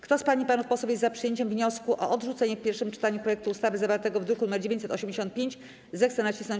Kto z pań i panów posłów jest za przyjęciem wniosku o odrzucenie w pierwszym czytaniu projektu ustawy zawartego w druku nr 985, zechce nacisnąć